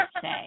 say